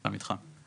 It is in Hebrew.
במתחם.